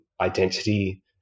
identity